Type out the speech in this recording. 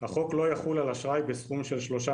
החוק לא יחול על אשראי בסכום של שלושה